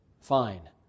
fine